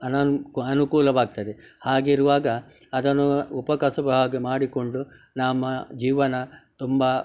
ಅನಾನು ಅನುಕೂಲವಾಗ್ತದೆ ಆಗಿರುವಾಗ ಅದನ್ನು ಉಪಕಸಬು ಹಾಗೆ ಮಾಡಿಕೊಂಡು ನಮ್ಮ ಜೀವನ ತುಂಬ